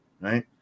right